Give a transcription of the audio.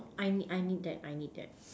I need I need that I need that